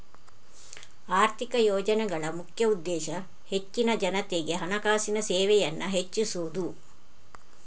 ಆರ್ಥಿಕ ಯೋಜನೆಗಳ ಮುಖ್ಯ ಉದ್ದೇಶ ಹೆಚ್ಚಿನ ಜನತೆಗೆ ಹಣಕಾಸಿನ ಸೇವೆಯನ್ನ ಹೆಚ್ಚಿಸುದು